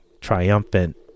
triumphant